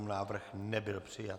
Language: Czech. Návrh nebyl přijat.